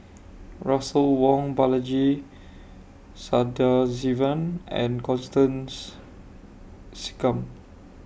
Russel Wong Balaji Sadasivan and Constance Singam